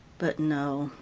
but no,